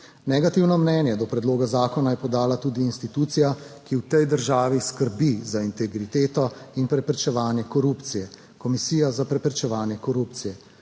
Negativno mnenje do predloga zakona je podala tudi institucija, ki v tej državi skrbi za integriteto in preprečevanje korupcije, Komisija za preprečevanje korupcije.